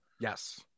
Yes